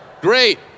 Great